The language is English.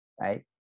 right